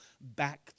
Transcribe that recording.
back